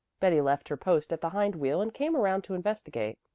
betty left her post at the hind wheel and came around to investigate.